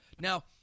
Now